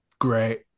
great